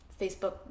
Facebook